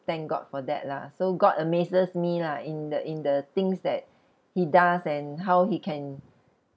thank god for that lah so god amazes me lah in the in the things that he does and how he can